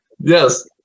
yes